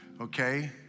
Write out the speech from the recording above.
okay